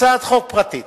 הצעת חוק פרטית